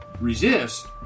Resist